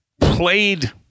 played